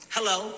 Hello